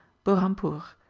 burhampur,